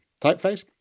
typeface